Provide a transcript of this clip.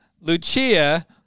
Lucia